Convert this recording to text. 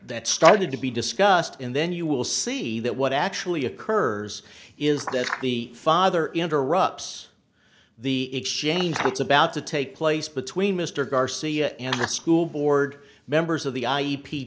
that started to be discussed and then you will see that what actually occurs is that the father interrupts the exchange that's about to take place between mr garcia and the school board members of the i